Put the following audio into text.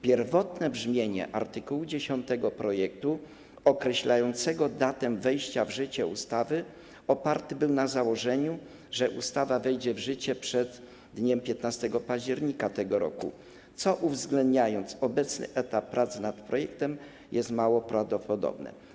Pierwotne brzmienie art. 10 projektu określającego datę wejścia w życie ustawy oparte było na założeniu, że ustawa wejdzie w życie przed dniem 15 października tego roku, co uwzględniając obecny etap prac nad projektem, jest mało prawdopodobne.